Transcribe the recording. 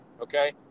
okay